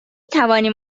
توانیم